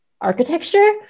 architecture